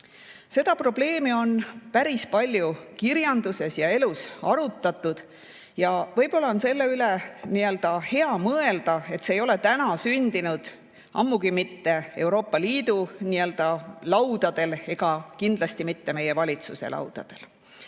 Seda probleemi on päris palju kirjanduses ja elus arutatud. Võib-olla on selle üle hea mõelda. See ei ole täna sündinud, ammugi mitte Euroopa Liidu laudadel ega kindlasti mitte meie valitsuse laudadel.